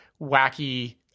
wacky